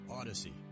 Odyssey